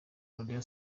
arabia